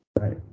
right